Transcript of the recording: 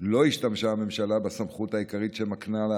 לא השתמשה הממשלה בסמכות העיקרית שמקנה לה